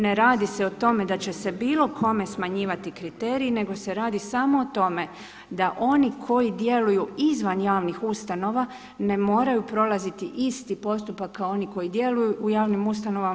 Ne radi se o tome da će se bilo kome smanjivati kriteriji, nego se radi samo o tome da oni koji djeluju izvan javnih ustanova ne moraju prolaziti isti postupak kao oni koji djeluju u javnim ustanovama.